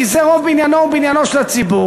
כי זה רוב מניינו ובניינו של הציבור.